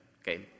okay